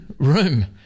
room